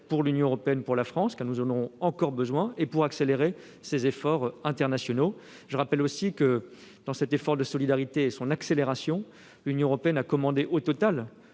pour l'Union européenne, pour la France, car nous en aurons encore besoin, et pour accélérer nos efforts internationaux. Je rappelle aussi que, dans ce souci de solidarité, l'Union européenne a commandé, au total,